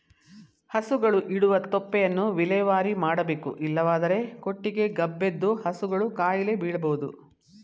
ಹಸುಗಳು ಇಡುವ ತೊಪ್ಪೆಯನ್ನು ವಿಲೇವಾರಿ ಮಾಡಬೇಕು ಇಲ್ಲವಾದರೆ ಕೊಟ್ಟಿಗೆ ಗಬ್ಬೆದ್ದು ಹಸುಗಳು ಕಾಯಿಲೆ ಬೀಳಬೋದು